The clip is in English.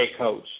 coach